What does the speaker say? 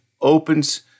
opens